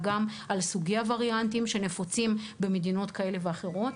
גם על סוגי הווריאנטים הנפוצים במדינות כאלה ואחרות.